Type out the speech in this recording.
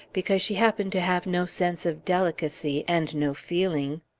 because she happened to have no sense of delicacy, and no feeling.